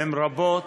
הן רבות,